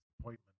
appointment